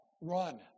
Run